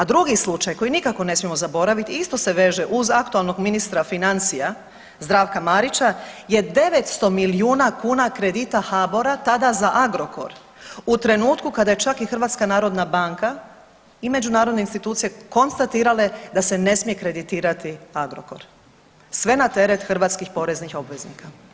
A drugi slučaj koji nikako ne smijemo zaboravit isto se veže uz aktualnog ministra financija Zdravka Marića je 900 milijuna kuna kredita HBOR-a tada za Agrokor, u trenutku kada je čak i HNB i međunarodne institucije konstatirale da se ne smije kreditirati Agrokor, sve na teret hrvatskih poreznih obveznika.